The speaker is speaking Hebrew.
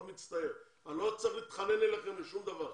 אני מאוד מצטער אבל אני לא צריך להתחנן אליכם לשום דבר.